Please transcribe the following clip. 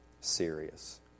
serious